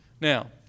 Now